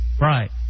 Right